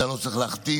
אתה לא צריך להחתים,